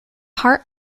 heart